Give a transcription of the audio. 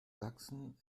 sachsen